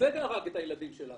- זה הרג את הילדים שלנו.